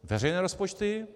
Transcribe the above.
Veřejné rozpočty?